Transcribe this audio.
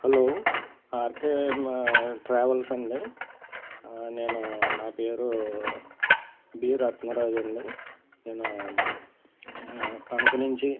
hello RK travels అండి నేను నా పేరు ర బి రత్నరాజు అండి నేను తణుకు నుంచి